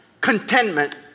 contentment